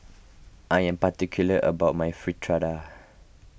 I am particular about my Fritada